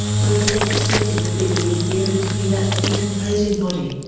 both later stated that they believed the odor to be that of a decomposing body.